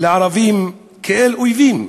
לערבים כאל אויבים,